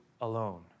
alone